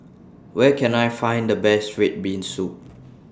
Where Can I Find The Best Red Bean Soup